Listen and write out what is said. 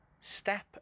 step